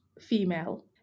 female